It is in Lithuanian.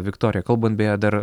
viktorija kalbant beje dar